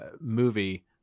movie